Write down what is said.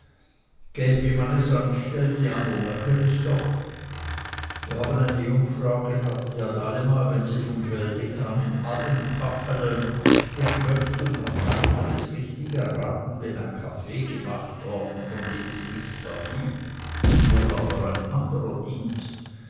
geb wie man es anstellt die andern merken es doch wir haben eine jungfrau gehabt die hat allemal wenn sie vom felde kam in allen kachelene gschmöckt und hat allemal es richtig erraten wenn ein kaffee gemacht worden von dem sie nichts erhielt wohl aber ein anderer dienst